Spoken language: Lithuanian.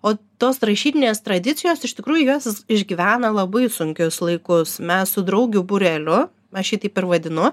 o tos rašytinės tradicijos iš tikrųjų jos išgyvena labai sunkius laikus mes su draugių būreliu aš jį taip ir vadinu